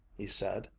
he said,